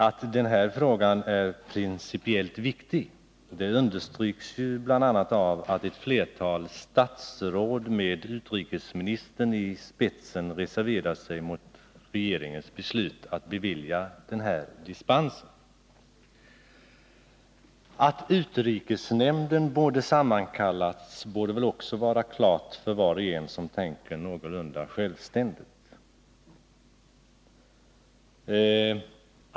Att frågan är principiellt viktig understryks bl.a. av att ett flertal statsråd med utrikesministern i spetsen reserverat sig mot regeringens beslut att bevilja dispensen. Att utrikesnämnden borde ha sammankallats torde också stå klart för var och en som tänker någorlunda självständigt.